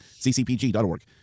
ccpg.org